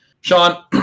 Sean